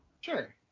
Sure